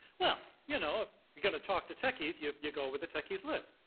well, you know, if you got to talk to techies, you you go where the techies live.